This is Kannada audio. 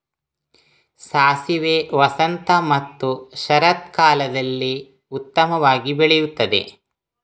ಸಾಸಿವೆ ವಸಂತ ಮತ್ತು ಶರತ್ಕಾಲದಲ್ಲಿ ಉತ್ತಮವಾಗಿ ಬೆಳೆಯುತ್ತದೆ